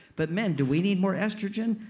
but men, do we need more estrogen?